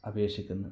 അപേക്ഷിക്കുന്നു